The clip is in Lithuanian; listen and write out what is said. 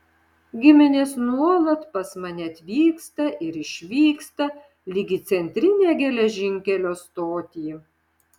giminės nuolat pas mane atvyksta ir išvyksta lyg į centrinę geležinkelio stotį